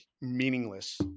meaningless